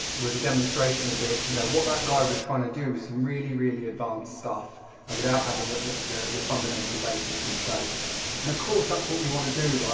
was a demonstration of this, you know what that guy was trying to do is some really, really advanced stuff but without having that the fundamental basics in place and of course that's what we want to do,